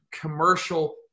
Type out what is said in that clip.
commercial